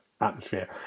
atmosphere